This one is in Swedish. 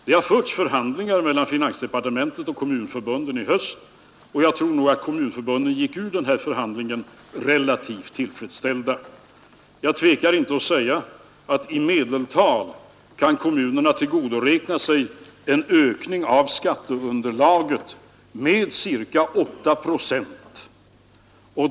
Det har förts förhandlingar mellan finansdepartementet och kommunförbunden i höst, och jag tror att kommunförbunden gick ur den förhandlingen relativt tillfredsställda. Jag tvekar inte att säga att i medeltal kan kommunerna tillgodoräkna sig en ökning i skatteunderlaget med ca 8 procent.